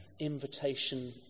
invitation